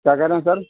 کیا کہہ رہے ہیں سر